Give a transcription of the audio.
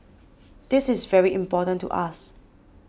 this is very important to us